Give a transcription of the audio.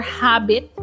habit